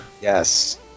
yes